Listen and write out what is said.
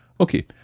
Okay